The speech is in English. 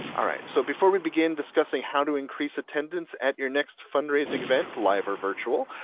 alright, so before we begin discussing how to increase attendance at your next fundraising event, live or virtual,